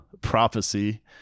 prophecy